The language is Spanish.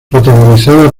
protagonizada